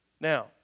Now